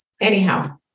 anyhow